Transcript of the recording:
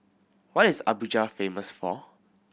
what is Abuja famous for